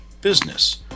business